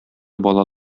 бала